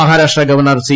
Maharashtra ഗവർണർസി